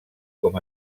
com